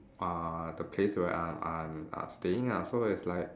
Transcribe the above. uh the place where I'm I'm I'm staying ah so it's like